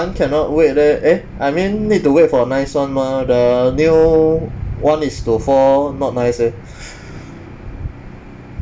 cannot wait leh eh I mean need to wait for nice one mah the new one is to four not nice eh